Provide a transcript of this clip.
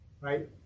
Right